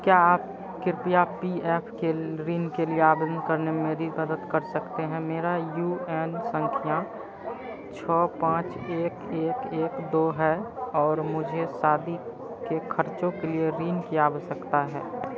क्या आप कृपया पी एफ के ऋण के लिए आवेदन करने में मेरी मदद कर सकते हैं मेरा यू ए एन सँख्या छह पाँच एक एक एक दो है और मुझे शादी के खर्चों के लिए ऋण की आवश्यकता है